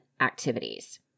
activities